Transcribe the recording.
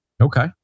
Okay